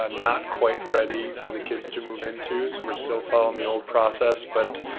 ah not quite ready for the kids to move into. so, we're still following the old process but